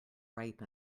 ripe